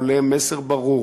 עולה מסר ברור: